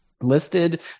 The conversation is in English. listed